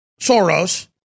Soros